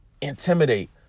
intimidate